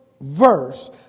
verse